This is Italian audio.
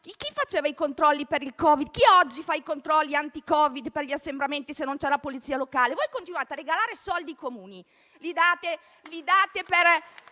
Chi faceva i controlli per il Covid? Chi oggi fa i controlli anti Covid per gli assembramenti, se non c'è la polizia locale? Continuate a regalare soldi ai Comuni.